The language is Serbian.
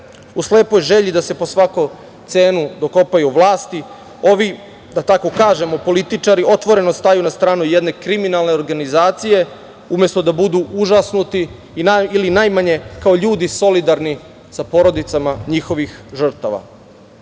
slepoj želji da se po svaku cenu dokopaju vlasti, ovi da tako kažem političari otvoreno staju na stranu jedne kriminalne organizacije, umesto da budu užasnuti ili najmanje kao ljudi solidarni sa porodicama njihovih žrtava.